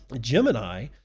Gemini